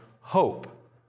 hope